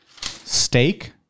Steak